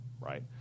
right